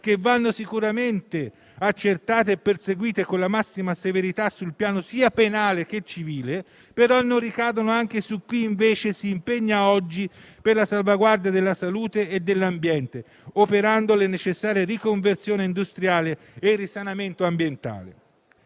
vanno sicuramente accertate e perseguite con la massima severità, sul piano sia penale sia civile - non ricadano però anche su chi oggi si impegna invece per la salvaguardia della salute e dell'ambiente, operando la necessaria riconversione industriale e il risanamento ambientale.